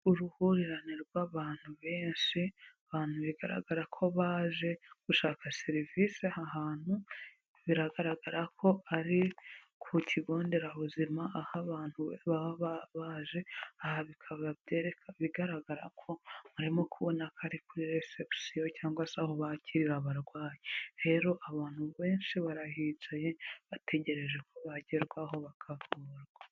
Uruhurirane rw'abantu benshi abantu bigaragara ko baje gushaka serivisi aha hantu, biragaragara ko ari ku kigonderabuzima. Aho abantu baba baje aha bikaba bigaragara ko harimo kubonako ari kuri reception cyangwa se aho bakirira abarwayi, rero abantu benshi barahicaye bategereje ko bagerwaho bakakurwa.